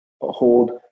hold